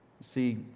See